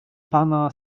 pana